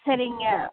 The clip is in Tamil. சரிங்க